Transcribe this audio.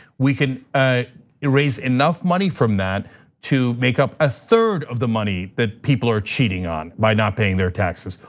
we can raise enough money from that to make up a third of the money that people are cheating on by not paying their taxes,